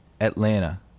Atlanta